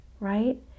Right